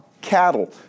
cattle